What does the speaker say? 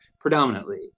predominantly